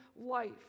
life